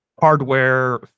hardware